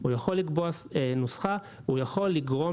הוא יכול לקבוע נוסחה; הוא יכול לגרום